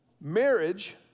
Marriage